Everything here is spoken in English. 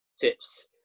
tips